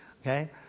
okay